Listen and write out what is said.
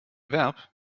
verb